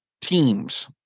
teams